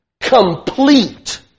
complete